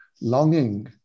longing